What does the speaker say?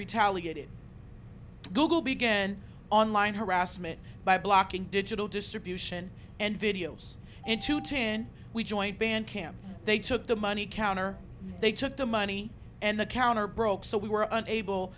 retaliated google began online harassment by blocking digital distribution and videos into ten we joined band camp they took the money counter they took the money and the counter broke so we were unable